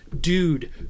dude